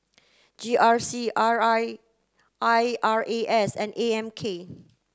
G R C R I I R A S and A M K